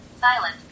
silent